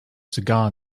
cigar